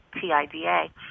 T-I-D-A